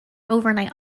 overnight